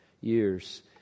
years